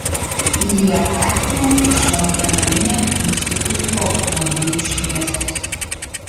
jį apakino tuščion degalinėn įsukusių automobilių šviesos